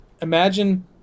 imagine